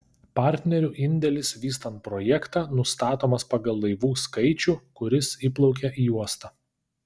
partnerių indėlis vystant projektą nustatomas pagal laivų skaičių kuris įplaukia į uostą